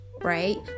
right